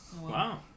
Wow